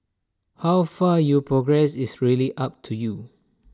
how far you progress is really up to you